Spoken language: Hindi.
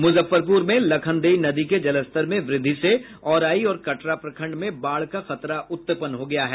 मुजफ्फरपुर में लखनदेई नदी के जलस्तर में वृद्धि से औराई और कटरा प्रखंड में बाढ़ का खतरा उत्पन्न हो गया है